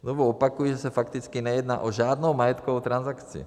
Znovu opakuji, že se fakticky nejedná o žádnou majetkovou transakci.